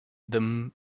them